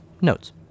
notes